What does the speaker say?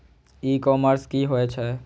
E commerce की होए छै?